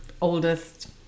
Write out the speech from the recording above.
oldest